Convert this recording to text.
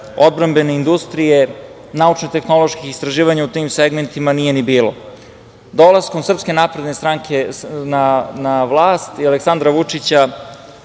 odbrambene industrije, naučno-tehnoloških istraživanja u tim segmentima nije ni bilo. Dolaskom SNS na vlast i Aleksandra Vučića